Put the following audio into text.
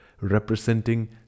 representing